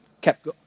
kept